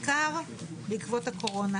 בעיקר בעקבות הקורונה